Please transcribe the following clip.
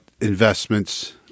investments